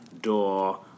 door